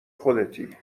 خودتی